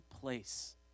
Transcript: place